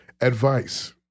Advice